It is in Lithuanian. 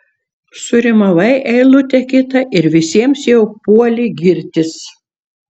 surimavai eilutę kitą ir visiems jau puoli girtis